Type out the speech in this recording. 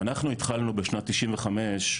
אנחנו התחלנו בשנת 95,